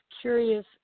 curious